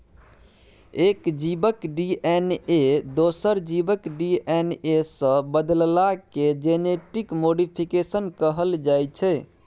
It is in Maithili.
एक जीबक डी.एन.ए दोसर जीबक डी.एन.ए सँ बदलला केँ जेनेटिक मोडीफिकेशन कहल जाइ छै